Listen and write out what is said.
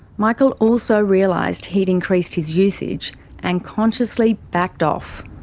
michael also realised he'd increased his usage and consciously backed off.